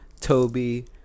Toby